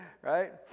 right